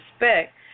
respect